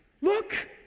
look